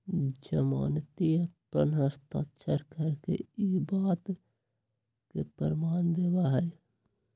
जमानती अपन हस्ताक्षर करके ई बात के प्रमाण देवा हई